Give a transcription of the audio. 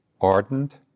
ardent